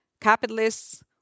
capitalists